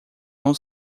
não